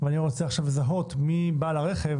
ואני רוצה עכשיו לזהות מי בעל הרכב